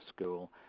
school